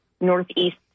northeast